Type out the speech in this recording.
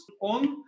on